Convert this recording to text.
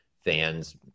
fans